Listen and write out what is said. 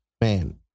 Man